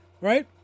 right